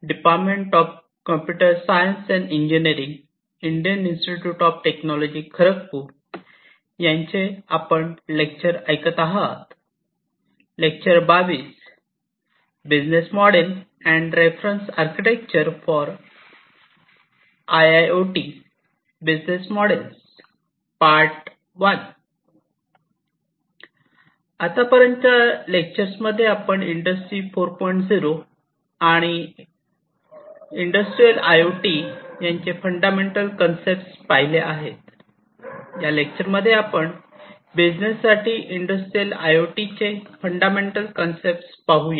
0 आणि of industrial I O T यांचे fundamental concept पाहिले आहेत या लेक्चर मध्ये आपण बिझनेस साठी इंडस्ट्रियल आय ओ टी चे फंडामेंटल कन्सेप्ट पाहूया